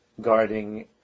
guarding